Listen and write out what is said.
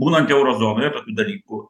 būnant euro zonoje tokių dalykų